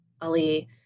Ali